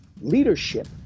leadership